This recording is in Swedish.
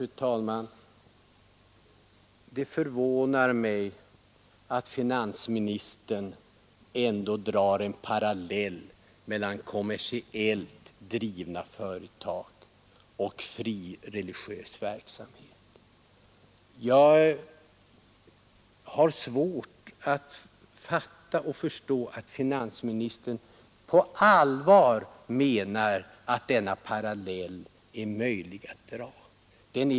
Fru talman! Det förvånar mig att finansministern drar en parallell mellan kommersiellt drivna företag och frireligiös verksamhet. Jag har svårt att förstå att finansministern på allvar menar att denna parallell är möjlig att dra.